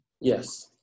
Yes